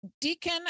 Deacon